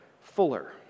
fuller